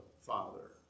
Father